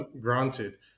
granted